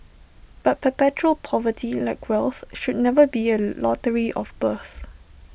but perpetual poverty like wealth should never be A lottery of birth